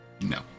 no